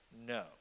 No